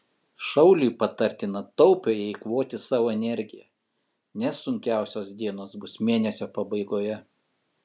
šauliui patartina taupiai eikvoti savo energiją nes sunkiausios dienos bus mėnesio pabaigoje